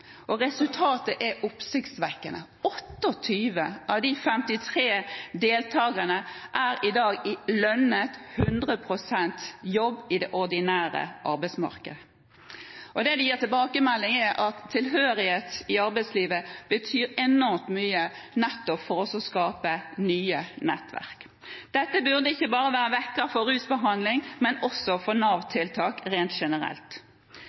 gjøre. Resultatet er oppsiktsvekkende. 28 av de 53 deltakerne er i dag i lønnet 100 pst. jobb i det ordinære arbeidsmarkedet. Tilbakemeldingen fra dem er at tilhørighet i arbeidslivet betyr enormt mye nettopp for å skape nye nettverk. Dette burde ikke bare være en vekker når det gjelder rusbehandling, men også når det gjelder Nav-tiltak rent generelt.